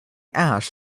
ash